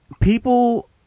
people